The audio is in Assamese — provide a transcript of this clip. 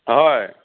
হয়